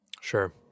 Sure